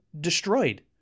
destroyed